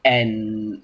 and